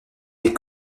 des